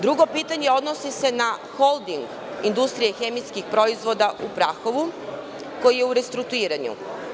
Drugo pitanje odnosi se na holding „Industrije hemijskih proizvoda“ u Prahovu, koji je u restrukturiranju.